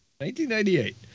1998